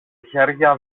χέρια